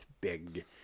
big